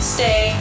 Stay